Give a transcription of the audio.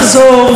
זה מרגש,